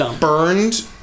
burned